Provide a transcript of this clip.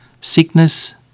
sickness